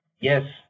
yes